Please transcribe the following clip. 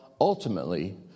ultimately